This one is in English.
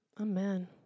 Amen